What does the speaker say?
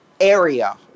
area